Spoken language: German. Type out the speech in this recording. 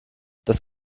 das